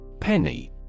Penny